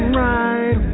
right